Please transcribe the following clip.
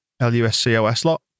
L-U-S-C-O-S-Lot